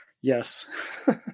Yes